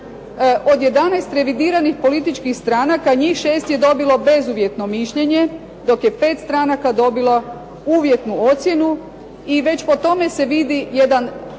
Od 11 revidiranih političkih stranaka njih 6 je dobilo bezuvjetno mišljenje, dok je 5 stranaka dobilo uvjetnu ocjenu i već po tome se vidi jedan